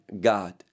God